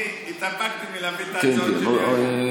אני התאפקתי מלהביא את ההצעות שלי היום.